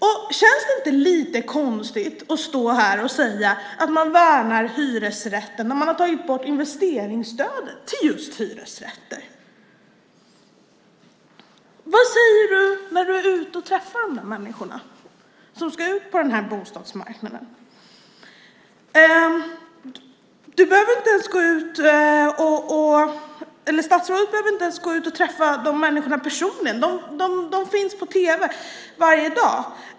Och känns det inte lite konstigt att stå här och säga att man värnar hyresrätten när man har tagit bort investeringsstödet till just hyresrätter? Vad säger statsrådet när statsrådet är ute och träffar de människor som ska ut på bostadsmarknaden? Statsrådet behöver inte ens gå ut och träffa de människorna personligen. De finns på tv varje dag.